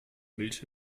milch